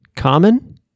Common